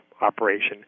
operation